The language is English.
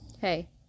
Hey